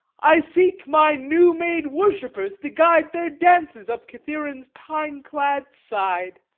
i seek my new-made worshippers, to guide their dances up kithaeron's pine clad side.